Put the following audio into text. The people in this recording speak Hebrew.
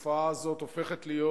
התופעה הזאת הופכת להיות